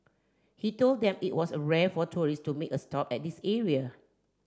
he told them it was rare for tourists to make a stop at this area